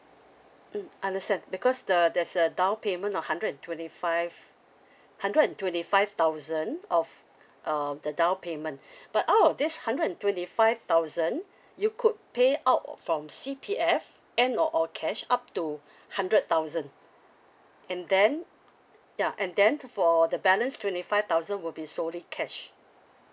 mm understand because the there's a down payment of hundred and twenty five hundred and twenty five thousand of um the down payment but out of this hundred and twenty five thousand you could pay out uh from C_P_F and or or cash up to hundred thousand and then ya and then for the balance twenty five thousand will be solely cash